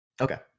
Okay